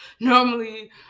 Normally